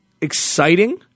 exciting